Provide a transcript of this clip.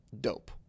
Dope